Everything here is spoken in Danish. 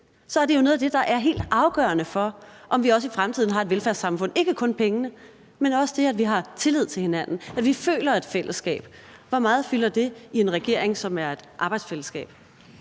så er det jo noget af det, der er helt afgørende for, om vi også i fremtiden har et velfærdssamfund, altså at det ikke kun er pengene, men også det, at vi har tillid til hinanden, at vi føler et fællesskab. Hvor meget fylder det i en regering, som er et arbejdsfællesskab?